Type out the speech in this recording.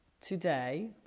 today